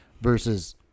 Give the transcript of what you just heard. versus